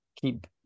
keep